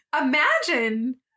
imagine